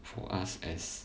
for us as